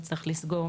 מי צריך לסגור,